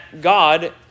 God